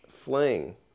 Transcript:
fling